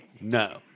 No